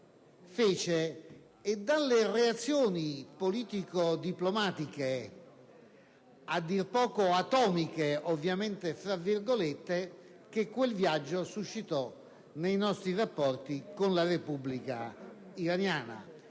nasce dalle reazioni politico-diplomatiche a dir poco "atomiche" che quel viaggio suscitò nei nostri rapporti con la Repubblica iraniana